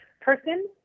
person